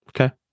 Okay